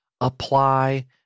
apply